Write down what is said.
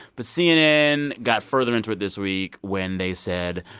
but cnn got further into it this week when they said,